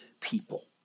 people